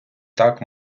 так